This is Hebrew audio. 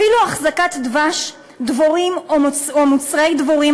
אפילו החזקת דבש דבורים או מוצרי דבורים